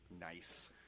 Nice